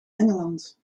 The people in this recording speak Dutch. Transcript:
engeland